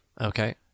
Okay